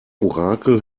orakel